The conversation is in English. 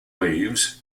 leaves